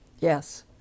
Yes